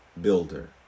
builder